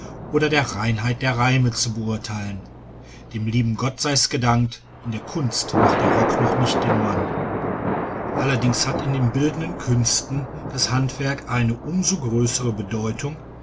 oder der reinheit der reime zu beurteilen dem lieben gott sei's gedankt in der kunst macht der rock noch nicht den mann allerdings hat in den bildenden künsten das handwerk eine um so größere bedeutung